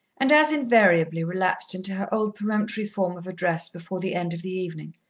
and as invariably relapsed into her old peremptory form of address before the end of the evening.